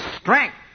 strength